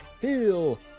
Heal